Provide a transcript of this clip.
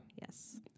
Yes